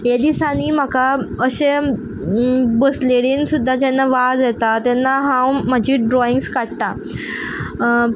हे दिसांनी म्हाका अशें बसलेलीन सुद्दां जेन्ना वाज येता तेन्ना हांव म्हाजीं ड्रॉइंग्स काडटा